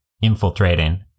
infiltrating